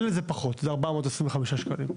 לילד זה פחות, זה 425 שקלים.